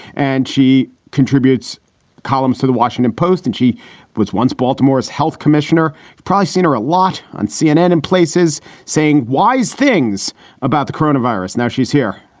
and she contributes columns to the washington post. and she was once baltimore's health commissioner price center, a lot on cnn and places saying wise things about the coronavirus. now she's here.